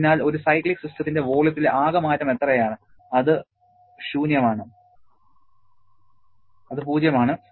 അതിനാൽ ഒരു സൈക്ലിക് സിസ്റ്റത്തിന്റെ വോള്യത്തിലെ ആകെ മാറ്റം എത്രയാണ് അത് 0 ആണ്